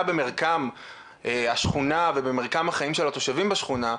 במרקם השכונה ובמרקם החיים של התושבים בשכונה,